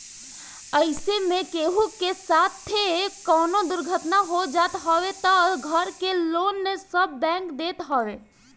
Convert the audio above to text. अइसे में केहू के साथे कवनो दुर्घटना हो जात हवे तअ घर के लोन सब बैंक देत हवे